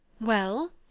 Well